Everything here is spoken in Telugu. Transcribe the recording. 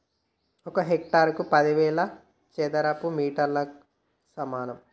ఒక హెక్టారు పదివేల చదరపు మీటర్లకు సమానం